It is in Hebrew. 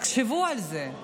תחשבו על זה,